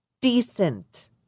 Decent